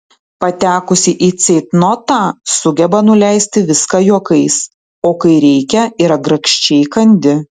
patekusi į ceitnotą sugeba nuleisti viską juokais o kai reikia yra grakščiai kandi